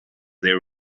their